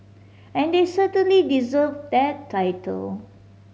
and they certainly deserve that title